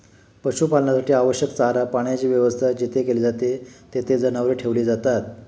पशुपालनासाठी आवश्यक चारा पाण्याची व्यवस्था जेथे केली जाते, तेथे जनावरे ठेवली जातात